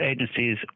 agencies